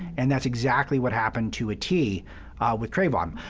and that's exactly what happened to a t with trayvon,